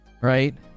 Right